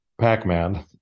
Pac-Man